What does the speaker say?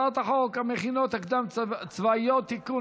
הצעת חוק המכינות הקדם-הצבאיות (תיקון),